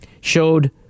showed